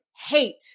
hate